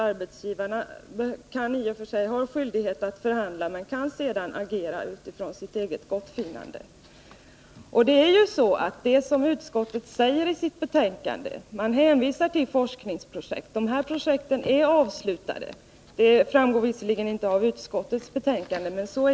Arbetsgivaren har i och för sig skyldighet att förhandla, men kan ju sedan agera utifrån sitt eget gottfinnande. Det är sant det som sägs i sammanfattningen i betänkandet — utskottet hänvisar till forskningsprojekt. Men dessa projekt är avslutade. Det framgår visserligen inte av utskottsbetänkandet, men så är det.